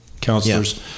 councillors